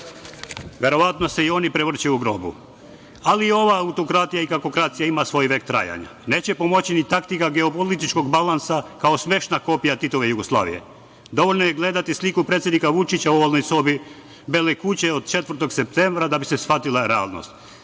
Verovatno se i oni prevrću u grobu. Ali, ova autokratija i kakokracije ima svoj vek trajanja. Neće pomoći ni taktika geopolitičkog balansa kao smešna kopija Titove Jugoslavije. Dovoljno je gledati sliku predsednika Vučića u ovalnoj sobi Bele kuće od 4. septembra da bi se shvatila realnost,